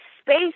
space